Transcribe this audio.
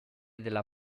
della